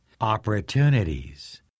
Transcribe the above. opportunities